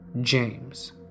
James